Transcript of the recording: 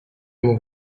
mon